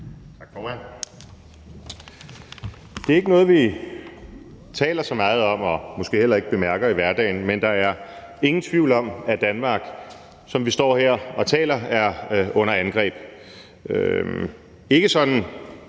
bare for at være